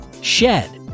shed